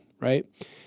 Right